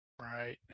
Right